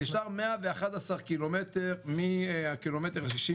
נשאר 111 קילומטר מהקילומטר ה-60,